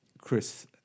Chris